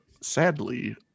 sadly